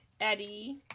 Eddie